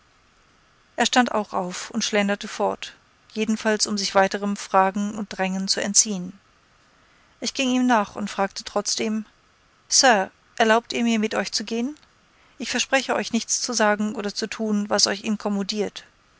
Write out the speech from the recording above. er stand auch auf und schlenderte fort jedenfalls um sich weiterem fragen und drängen zu entziehen ich ging ihm nach und fragte trotzdem sir erlaubt ihr mir mit euch zu gehen ich verspreche euch nichts zu sagen oder zu tun was euch inkommodiert